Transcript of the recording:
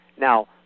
Now